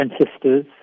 ancestors